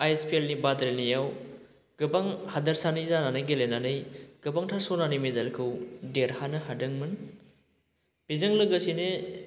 आईएसपिएलनि बादायनायाव गोबां हादोरसानि जानानै गेलेनानै गोबांथार सनानि मेडेलखौ देरहानो हादोंमोन बेजों लोगोसेनो